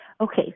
Okay